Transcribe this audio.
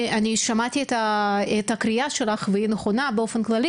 אני שמעתי את הקריאה שלך והיא נכונה באופן כללי